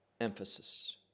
emphasis